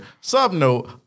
Sub-note